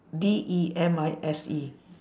D E M I S E